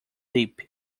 leap